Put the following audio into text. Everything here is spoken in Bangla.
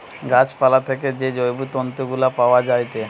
গাছ পালা থেকে যে জৈব তন্তু গুলা পায়া যায়েটে